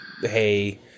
hey